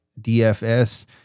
dfs